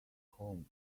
home